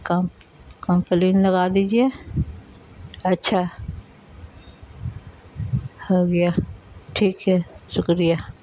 کم complain لگا دیجیے اچھا ہو گیا ٹھیک ہے شکریہ